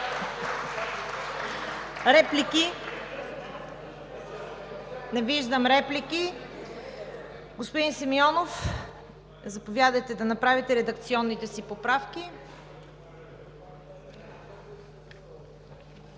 Реплики? Не виждам. Господин Симеонов, заповядайте да направите редакционните си поправки.